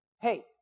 Hey